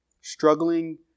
struggling